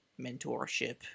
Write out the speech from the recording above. mentorship